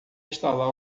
instalar